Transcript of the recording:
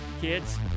kids